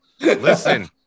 listen